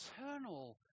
eternal